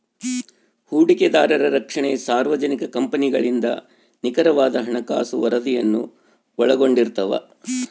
ಹೂಡಿಕೆದಾರರ ರಕ್ಷಣೆ ಸಾರ್ವಜನಿಕ ಕಂಪನಿಗಳಿಂದ ನಿಖರವಾದ ಹಣಕಾಸು ವರದಿಯನ್ನು ಒಳಗೊಂಡಿರ್ತವ